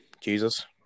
Jesus